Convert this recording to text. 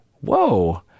whoa